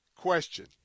Question